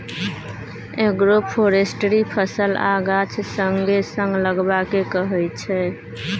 agroforestry फसल आ गाछ संगे संग लगेबा केँ कहय छै